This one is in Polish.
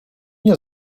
nie